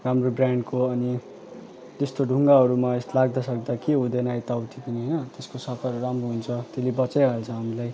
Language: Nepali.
राम्रो ब्रान्डको अनि त्यस्तो ढुङ्गाहरूमा यस्तो लाग्दासाग्दा केही हुँदैन यताउति पनि होइन त्यसको सकरहरू राम्रो हुन्छ त्यसले बचाइहाल्छ हामीलाई